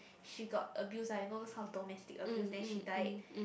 she got abuse lah you know those kind of domestic abuse then she died